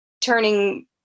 turning